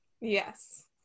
Yes